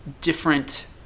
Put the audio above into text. different